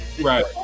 Right